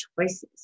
choices